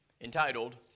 entitled